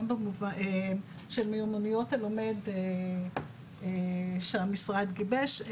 של מיומנויות הלומד שהמשרד גיבש,